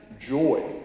joy